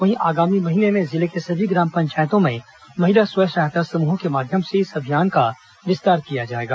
वहीं आगामी महीने में जिले के सभी ग्राम पंचायतों में महिला स्व सहायता समूहों के माध्यम से इस अभियान का विस्तार किया जाएगा